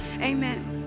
amen